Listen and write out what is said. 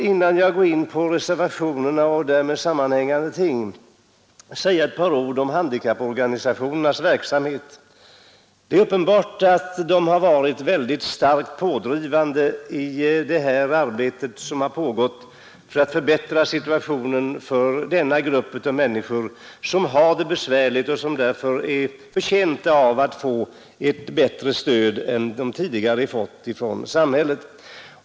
Innan jag går in på reservationerna och därmed sammanhängande frågor vill jag säga några ord om handikapporganisationernas verksamhet. Det är alldeles uppenbart att handikapporganisationerna har varit mycket starkt pådrivande i arbetet på att förbättra situationen för denna grupp människor, som har det besvärligt och som därför är förtjänta av ett bättre stöd än man tidigare haft av samhället.